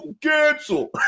cancel